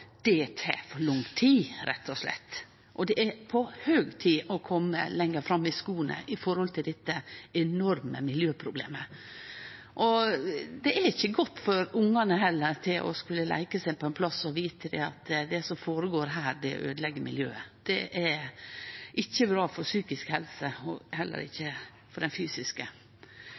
for lang tid. Det er på høg tid å kome lenger fram i skorne når det gjeld dette enorme miljøproblemet. Det er heller ikkje godt for ungane å skulle leike seg på ein plass og vite at det som føregår der, øydelegg miljøet. Det er ikkje bra for den psykiske helsa og heller ikkje for den fysiske.